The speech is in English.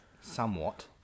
somewhat